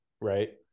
Right